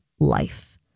Life